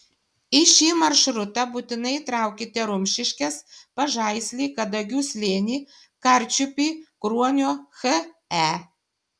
į šį maršrutą būtinai įtraukite rumšiškes pažaislį kadagių slėnį karčiupį kruonio he